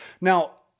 Now